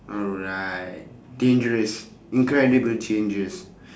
alright dangerous incredible changes